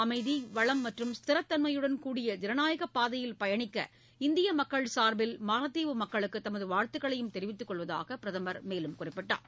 அமைதி வளம் மற்றும் ஸ்திரத் தன்மையுடன் கூடிய ஜனநாயக பாதையில் பயணிக்க இந்திய மக்கள் சார்பில் மாலத்தீவு மக்களுக்கு தமது வாழ்த்துகளையும் தெரிவித்து கொள்வதாக பிரதமர் குறிப்பிட்டார்